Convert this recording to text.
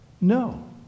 No